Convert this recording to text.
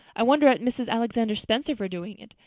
i wonder at mrs. alexander spencer for doing it.